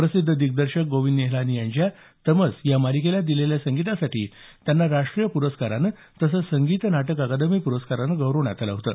प्रसिद्ध दिग्दर्शक गोविंद निहलानी यांच्या तमस या मालिकेला दिलेल्या संगीतासाठी त्यांना राष्ट्रीय पुरस्कारानं तसंच संगीत नाटक अकादमी पुरस्कारानं गौरवण्यात आलं होतं